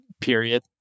Period